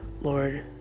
lord